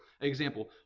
example